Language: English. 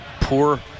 poor